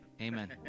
Amen